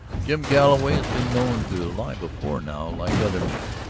jim galloway has been known to lie before now, like other men,